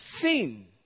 sin